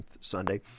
Sunday